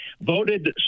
Voted